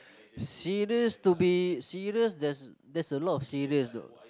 serious to be serious there's there's a lot of serious you know